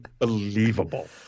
unbelievable